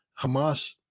Hamas